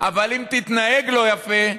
אבל אם תתנהג לא יפה,